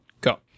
go